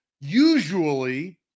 usually